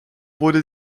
wurde